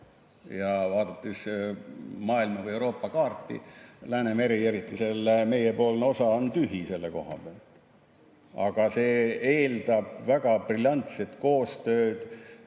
Ja vaadates maailma või Euroopa kaarti, siis Läänemeri, eriti meiepoolne osa on tühi selle koha pealt. Aga see eeldab väga briljantset koostööd,